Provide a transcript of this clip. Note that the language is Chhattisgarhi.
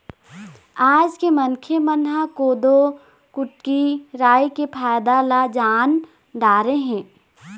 आज के मनखे मन ह कोदो, कुटकी, राई के फायदा ल जान डारे हे